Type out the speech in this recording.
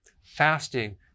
Fasting